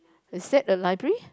is that a library